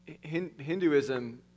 Hinduism